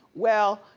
well,